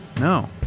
No